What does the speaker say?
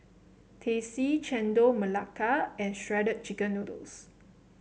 Teh C Chendol Melaka and Shredded Chicken Noodles